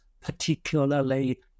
particularly